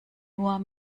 nur